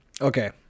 Okay